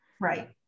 Right